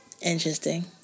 interesting